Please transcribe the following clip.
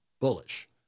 bullish